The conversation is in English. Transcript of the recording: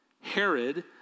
Herod